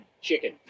chicken